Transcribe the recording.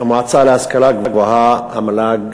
המועצה להשכלה גבוהה, המל"ג,